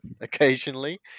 occasionally